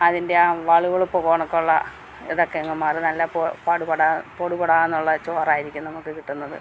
അതിന്റെയാ വള്വള്പ്പ്പോണക്കൊള്ള ഇതക്കെ അങ്ങ് മാറും നല്ല പൊ പട്പടാ പൊട്പൊടാന്നുള്ള ചോറായിരിക്കും നമുക്ക് കിട്ടുന്നത്